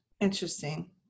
Interesting